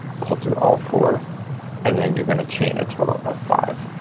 pull through all four and then you're gonna chain a total of five.